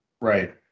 Right